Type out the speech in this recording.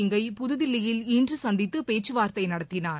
சிங்கை புதுதில்லியில் இன்றுசந்தித்துபேச்சுவார்த்தைநடத்தினார்